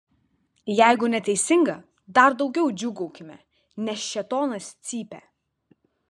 jeigu neteisinga dar daugiau džiūgaukime nes šėtonas cypia